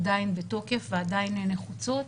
עדיין בתוקף ועדיין נחוצות,